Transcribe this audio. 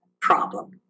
problem